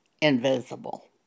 invisible